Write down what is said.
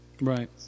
Right